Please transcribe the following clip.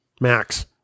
Max